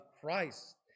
Christ